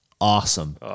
awesome